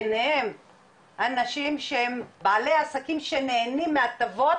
ביניהם אנשים שהם בעלי עסקים שנהנים מהטבות